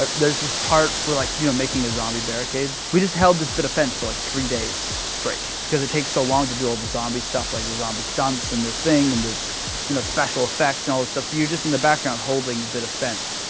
but there's this part, we're like you know making a zombie barricade. we just held this bit of fence for like three days straight. because it takes so long to to all the zombie stuff, like the zombie stunts and the thing. and the you know special effects and all the stuff. so you're just in the background holding a bit of fence,